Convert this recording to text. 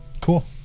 Cool